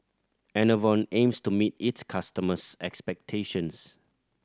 Enervon aims to meet its customers' expectations